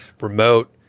remote